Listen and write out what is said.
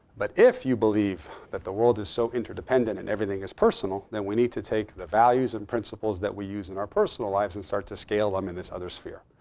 but if you believe that the world is so interdependent and everything is personal, then we need to take the values and principles that we use in our personal lives and start to scale them in this other sphere.